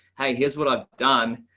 hey, here's what i've done.